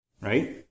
right